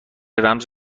رمز